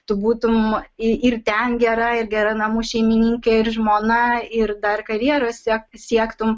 tu būtume ir ten gera ir gera namų šeimininkė ir žmona ir dar karjeros siek siektum